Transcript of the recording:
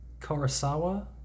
Kurosawa